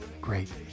great